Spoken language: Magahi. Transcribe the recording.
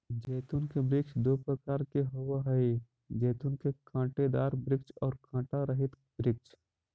जैतून के वृक्ष दो प्रकार के होवअ हई जैतून के कांटेदार वृक्ष और कांटा रहित वृक्ष